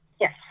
Yes